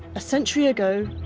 a century ago,